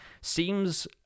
seems